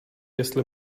jestli